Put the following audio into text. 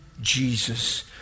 Jesus